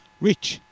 Rich